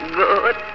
good